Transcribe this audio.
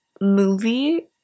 movie